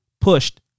pushed